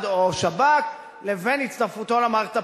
או שב"כ לבין הצטרפותו למערכת הפוליטית.